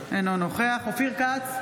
אינו נוכח אופיר כץ,